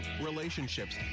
relationships